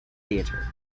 theatre